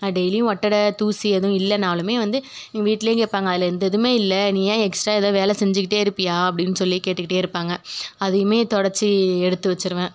டெய்லியும் ஒட்டடை தூசி எதுவும் இல்லைனாலுமே வந்து வீட்டிலயே கேட்பாங்க அதில் எந்த இதுவுமே இல்லை நீ ஏன் எக்ஸ்ட்ரா எது வேலை செஞ்சுகிட்டே இருப்பேயா அப்படினு சொல்லி கேட்டுகிட்டே இருப்பாங்க அதையுமே தொடச்சு எடுத்து வச்சுருவேன்